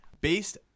Based